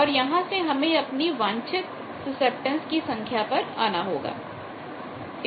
और यहां से हमें अपनी वांछित सुसेप्टटेन्स की संख्या पर आना होगा